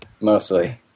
mostly